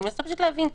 אני מנסה פשוט להבין.